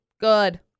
good